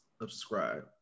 Subscribe